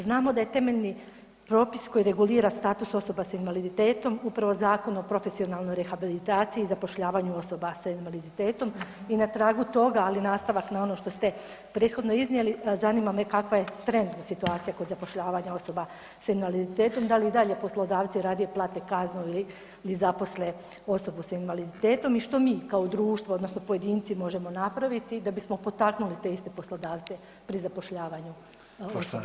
Znamo da je temeljni propis koji regulira status osoba s invaliditetom upravo Zakon o profesionalnoj rehabilitaciji i zapošljavanju osoba sa invaliditetom i na tragu toga, ali i nastavak na ono što ste prethodno iznijeli, zanima me kakva je trenutna situacija kod zapošljavanja osoba s invaliditetom, da li i dalje poslodavci radije plate kaznu ili, ili zaposle osobu s invaliditetom i što mi kao društvo odnosno pojedinci možemo napraviti da bismo potaknuli te iste poslodavce pri zapošljavanju osoba s invaliditetom?